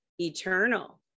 eternal